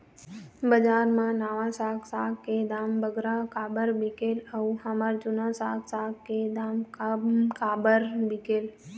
बजार मा नावा साग साग के दाम बगरा काबर बिकेल अऊ हमर जूना साग साग के दाम कम काबर बिकेल?